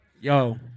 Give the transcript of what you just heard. Yo